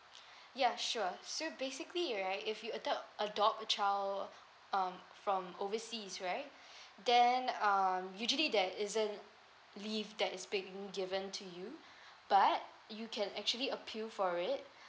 ya sure so basically right if you adopt adopt a child um from overseas right then um usually there isn't leave that is been given to you but you can actually appeal for it